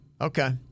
Okay